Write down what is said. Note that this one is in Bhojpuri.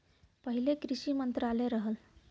पहिले कृषि मंत्रालय रहल